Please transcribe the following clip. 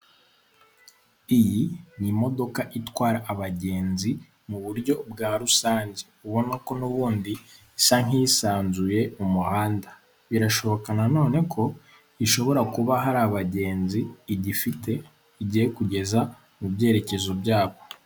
Iyi ni imodoka itwara abagenzi mu buryo bwa rusange, ubona ko n'ubundi isa nk'iyisanzuye mu muhanda. Birashoboka na none ko ishobora kuba hari abagenzi igifite igiye kugeza mu byerekezo byabo.